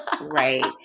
Right